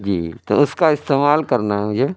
جی تو اس کا استعمال کرنا ہے مجھے